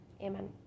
amen